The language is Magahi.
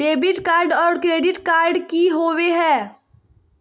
डेबिट कार्ड और क्रेडिट कार्ड की होवे हय?